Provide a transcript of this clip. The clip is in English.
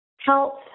health